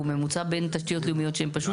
הוא ממוצע בין תשתיות לאומיות שהם פשוט